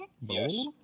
Yes